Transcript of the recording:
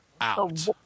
out